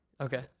Okay